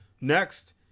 Next